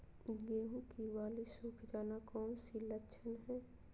गेंहू की बाली सुख जाना कौन सी लक्षण है?